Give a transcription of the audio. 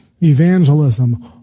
Evangelism